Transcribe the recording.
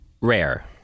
rare